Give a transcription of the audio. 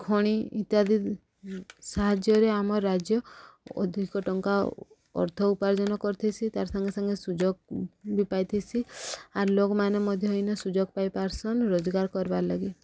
ଖଣି ଇତ୍ୟାଦି ସାହାଯ୍ୟରେ ଆମ ରାଜ୍ୟ ଅଧିକ ଟଙ୍କା ଅର୍ଥ ଉପାର୍ଜନ କରିଥିସି ତାର ସାଙ୍ଗେ ସାଙ୍ଗେ ସୁଯୋଗ ବି ପାଇଥିସି ଆର୍ ଲୋକମାନେ ମଧ୍ୟ ଇନେ ସୁଯୋଗ ପାଇ ପାରୁସନ୍ ରୋଜଗାର କରବାର୍ ଲାଗି